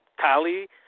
Kali